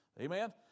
Amen